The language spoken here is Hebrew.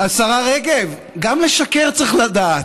השרה רגב, גם לשקר צריך לדעת,